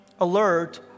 alert